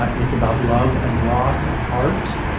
ah it's about love and loss and art.